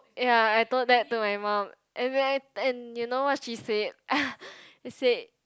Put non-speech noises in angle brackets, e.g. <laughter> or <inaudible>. ya I told that to my mum and <noise> and you know what she said <laughs> she said